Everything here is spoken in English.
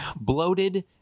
bloated